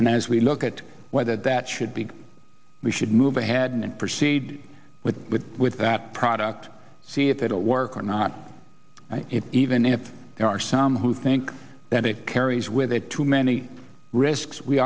and as we look at whether that should be we should move ahead and proceed with that product see if it will work or not it even if there are some who think that it carries with it too many risks we